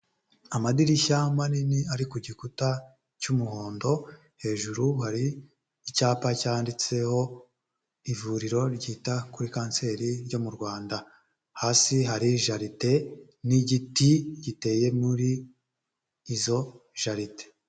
Amadirishya manini ari ku gikuta cy'umuhondo, hejuru hari icyapa cyanditseho ivuriro ryita kuri kanseri ryo mu Rwanda, hasi hari jaride n'igiti giteye muri izo jaride.